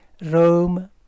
Rome